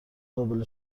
قابل